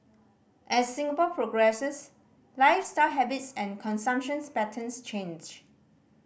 as Singapore progresses lifestyle habits and consumption's patterns change